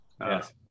Yes